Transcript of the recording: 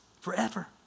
forever